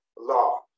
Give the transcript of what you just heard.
law